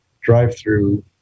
drive-through